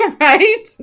Right